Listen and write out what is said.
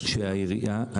שהעירייה משקיעה?